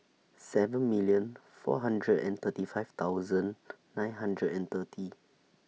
seven million four hundred and thirty five thousand nine hundred and thirty